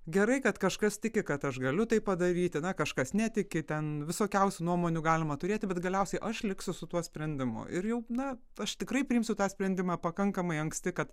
gerai kad kažkas tiki kad aš galiu tai padaryti na kažkas netiki ten visokiausių nuomonių galima turėti bet galiausiai aš liksiu su tuo sprendimu ir jau na aš tikrai priimsiu tą sprendimą pakankamai anksti kad